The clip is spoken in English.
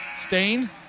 Stain